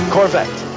Corvette